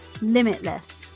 limitless